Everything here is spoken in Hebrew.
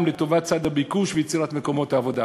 לטובת צד הביקוש ויצירת מקומות העבודה.